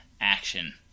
action